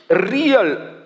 real